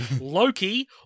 loki